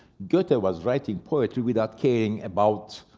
goethe but was writing poetry without caring about,